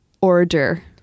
order